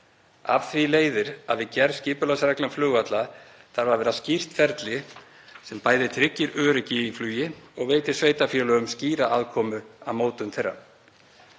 Af því leiðir að við gerð skipulagsreglna flugvalla þarf að vera skýrt ferli sem bæði tryggir öryggi í flugi og veitir sveitarfélögum skýra aðkomu að mótun þeirra.